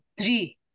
three